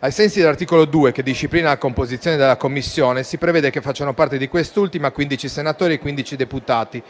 Ai sensi dell'articolo 2, che disciplina la composizione della Commissione, si prevede che facciano parte di quest'ultima quindici senatori e quindici deputati,